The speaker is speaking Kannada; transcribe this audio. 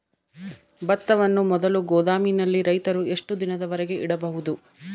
ಭತ್ತವನ್ನು ಮೊದಲು ಗೋದಾಮಿನಲ್ಲಿ ರೈತರು ಎಷ್ಟು ದಿನದವರೆಗೆ ಇಡಬಹುದು?